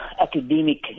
academic